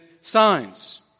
signs